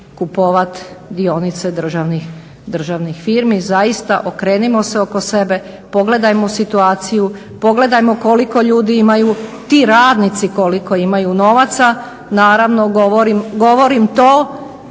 kupovati dionice državnih firmi. Zaista okrenimo se oko sebe, pogledajmo situaciju, pogledajmo koliko ljudi imaju ti radnici koliko imaju novaca. Naravno govorim to